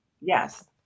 Yes